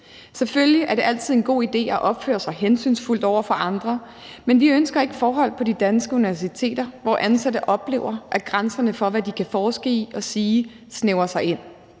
Selvfølgelig er det altid en god idé at opføre sig hensynsfuldt over for andre, men vi ønsker ikke forhold på de danske universiteter, hvor ansatte oplever, at grænserne for, hvad de kan forske i og sige, snævrer sig ind.